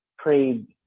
trade